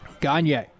Gagne